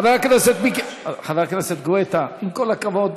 חבר הכנסת מיקי, חבר הכנסת גואטה, עם כל הכבוד,